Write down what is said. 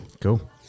Cool